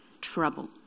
trouble